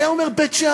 היה אומר בית-שאן,